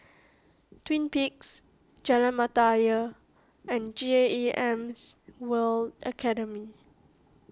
Twin Peaks Jalan Mata Ayer and GAEMs World Academy